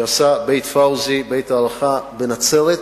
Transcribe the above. שעשה את בית-פאוזי, בית-הארחה בנצרת.